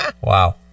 Wow